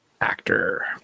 actor